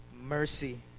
mercy